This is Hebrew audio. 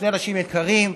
שני אנשים יקרים,